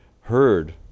heard